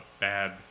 bad